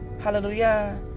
hallelujah